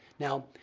now,